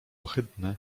ohydne